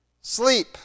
sleep